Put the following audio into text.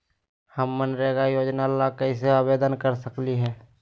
हम मनरेगा योजना ला कैसे आवेदन कर सकली हई?